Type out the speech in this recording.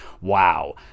Wow